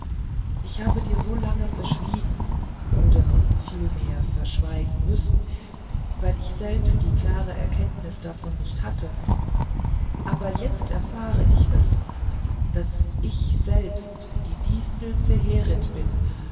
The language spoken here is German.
ich habe dir so lange verschwiegen oder vielmehr verschweigen müssen weil ich selbst die klare erkenntnis davon nicht hatte aber jetzt erfahre es daß ich selbst die distel zeherit bin